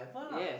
yes